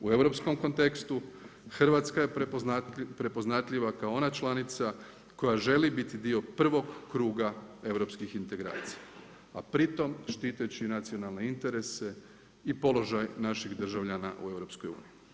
U europskom kontekstu, Hrvatska je prepoznatljiva kao ona članica koja želi biti dio prvog kruga europskih integracija, a pritom štiteći nacionalne interese i položaj naših državljana u EU.